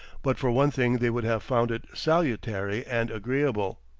but for one thing they would have found it salutary and agreeable.